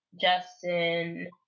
Justin